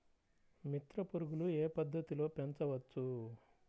మిత్ర పురుగులు ఏ పద్దతిలో పెంచవచ్చు?